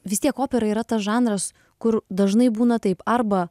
vis tiek opera yra tas žanras kur dažnai būna taip arba